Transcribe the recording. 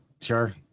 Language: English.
sure